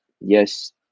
yes